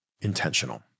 intentional